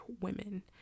women